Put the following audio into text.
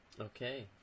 Okay